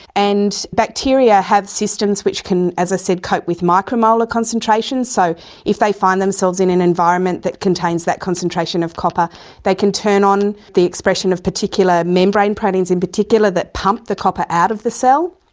and bacteria have systems which can, as i said, cope with micromolar concentrations. so if they find themselves in an environment that contains that concentration of copper they can turn on the expression of particular membrane proteins in particular that pump the copper out of the cell.